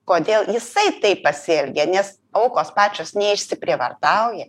kodėl jisai taip pasielgė nes aukos pačios neišsiprievartauja